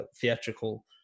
theatrical